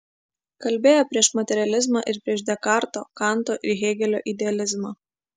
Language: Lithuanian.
kalbėjo prieš materializmą ir prieš dekarto kanto ir hėgelio idealizmą